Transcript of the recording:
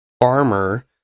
farmer